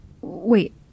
Wait